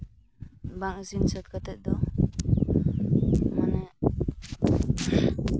ᱵᱟᱝ ᱤᱥᱤᱱ ᱥᱟᱹᱛ ᱠᱟᱛᱮᱜ ᱫᱚ ᱢᱟᱱᱮ